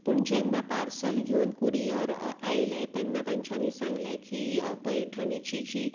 पूण जेन्ना पार्सल घेवन कुरियर आयले तेन्ना तांच्यानी सांगले की पैठणीची जी